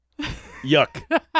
Yuck